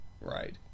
right